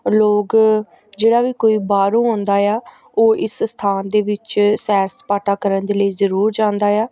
ਲੋਕ ਜਿਹੜਾ ਵੀ ਕੋਈ ਬਾਹਰੋਂ ਆਉਂਦਾ ਆ ਉਹ ਇਸ ਸਥਾਨ ਦੇ ਵਿੱਚ ਸੈਰ ਸਪਾਟਾ ਕਰਨ ਦੇ ਲਈ ਜ਼ਰੂਰ ਜਾਂਦਾ ਆ